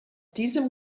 diesem